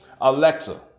Alexa